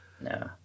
No